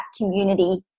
community